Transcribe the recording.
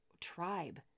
tribe